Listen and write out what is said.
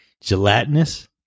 gelatinous